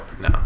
no